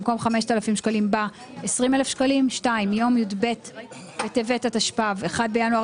במקום "5,000" יבוא "20,000"; (2) מיום י"ב בטבת התשפ"ו (1 בינואר